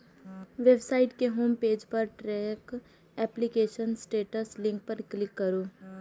website के home page पर track application status link पर क्लिक करू